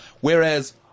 whereas